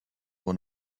one